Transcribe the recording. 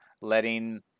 letting